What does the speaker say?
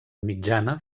mitjana